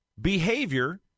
behavior